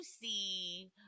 see